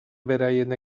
beraien